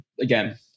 again